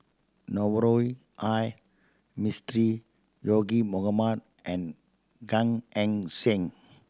Navroji R Mistri Zaqy Mohamad and Gan Eng Seng